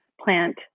plant